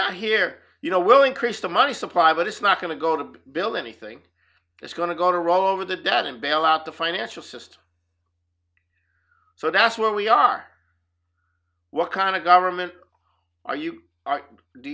not here you know willing krista money supply but it's not going to go to build anything it's going to go to roll over the debt and bail out the financial system so that's where we are what kind of government are you